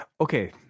Okay